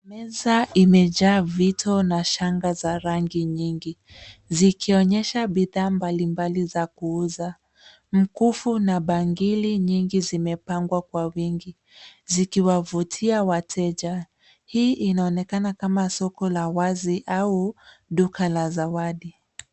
Meza imejaa vitu na shanga za rangi nyingi zikionesha bidhaa mbalimbali za kuuza. Mkufu na bangili nyingi zimepangwa kwa wingi zikiwavutia wateja. Hii inaonekana kama soko la wazi au duka la zawadi.